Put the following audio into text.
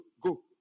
go